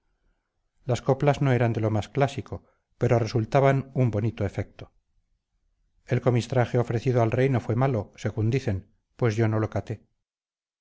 las coplas no eran de lo más clásico pero resultaba un bonito efecto el comistraje ofrecido al rey no fue malo según dicen pues yo no lo caté